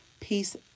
Peace